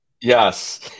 Yes